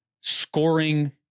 scoring